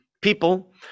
people